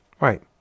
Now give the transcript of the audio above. right